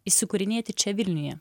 įsikūrinėti čia vilniuje